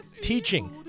teaching